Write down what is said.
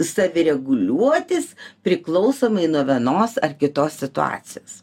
savireguliuotis priklausomai nuo vienos ar kitos situacijos